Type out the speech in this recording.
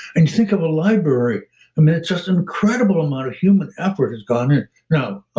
and think of a library, i mean, it's just an incredible amount of human effort has gone you know